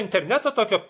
interneto tokio